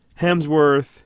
Hemsworth